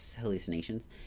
hallucinations